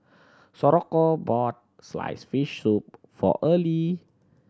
bought sliced fish soup for Early